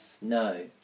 no